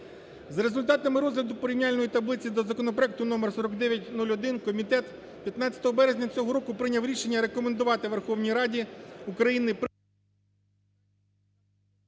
За результатами розгляду Порівняльної таблиці до законопроекту номер 4901 комітет 15 березня цього року прийняв рішення рекомендувати Верховній Раді України…